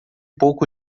pouco